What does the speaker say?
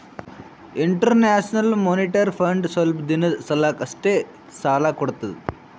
international monetary fund ಸ್ವಲ್ಪ್ ದಿನದ್ ಸಲಾಕ್ ಅಷ್ಟೇ ಸಾಲಾ ಕೊಡ್ತದ್